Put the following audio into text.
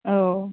औ